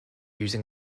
using